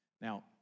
Now